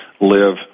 live